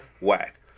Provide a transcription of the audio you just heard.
Whack